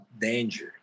danger